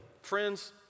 Friends